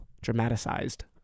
Dramatized